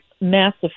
massive